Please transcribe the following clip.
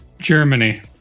Germany